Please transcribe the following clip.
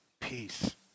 Peace